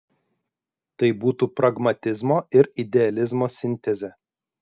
tai būtų pragmatizmo ir idealizmo sintezė